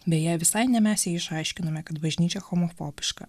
beje visai ne mes išaiškinome kad bažnyčia homofobiška